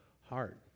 heart